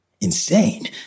Insane